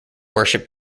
worshiped